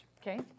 Okay